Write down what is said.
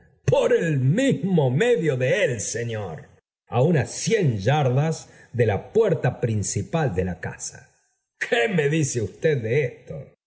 por el mismo medio de él señor á unas cien yardas de la puerta principal de la casa qué me dice usted de esto